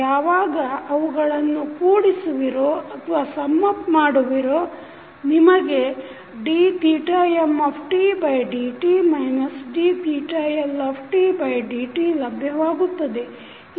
ಯಾವಾಗ ಅವುಗಳನ್ನು ಕೂಡಿಸುವಿರೋ ನಿಮಗೆ dmdt dLdt ಲಭ್ಯವಾಗುತ್ತದೆ